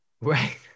right